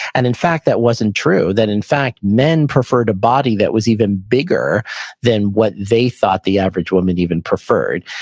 and in fact, that wasn't true, that in fact men preferred a body that was even bigger than what they thought the average woman even preferred.